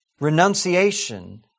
renunciation